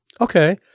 Okay